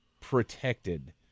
protected